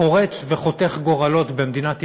חורץ וחותך גורלות במדינת ישראל,